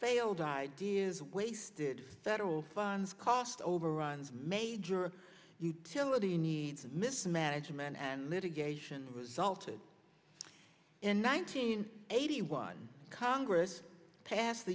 failed ideas wasted that all funds cost overruns major utility needs and mismanagement and litigation resulted in nineteen eighty one congress passed the